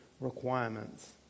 requirements